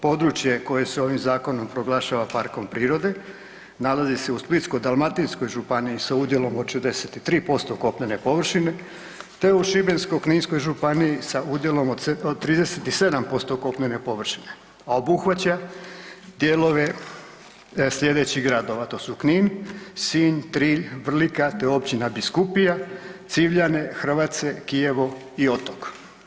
Područje koje se ovim zakonom proglašava parkom prirode, nalazi se u Splitsko-dalmatinskoj županiji sa udjelom od 63% kopnene površine te u Šibensko-kninskoj županiji sa udjelom od 37% kopnene površine a obuhvaća dijelove slijedećih gradova, to su Knin, Sinj, Trilj, Vrlika te općina Biskupija, Civljane, Hrvace, Kijevo i Otok.